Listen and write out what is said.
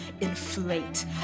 inflate